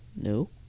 No